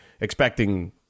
expecting